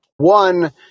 One